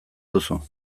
duzu